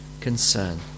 Concern